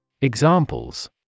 Examples